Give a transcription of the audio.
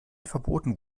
verboten